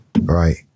Right